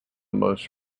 most